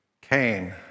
Cain